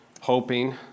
hoping